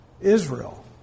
Israel